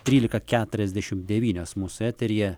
trylika keturiasdešimt devynios mūsų eteryje